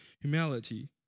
humility